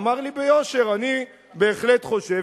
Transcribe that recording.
אמר לי ביושר: אני בהחלט חושב,